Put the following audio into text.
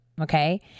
okay